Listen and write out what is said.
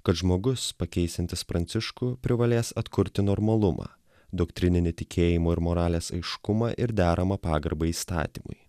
kad žmogus pakeisiantis pranciškų privalės atkurti normalumą doktrininę tikėjimo ir moralės aiškumą ir deramą pagarbą įstatymui